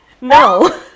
No